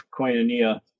koinonia